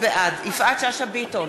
בעד יפעת שאשא ביטון,